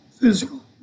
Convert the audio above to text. physical